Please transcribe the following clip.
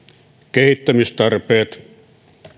kehittämistarpeet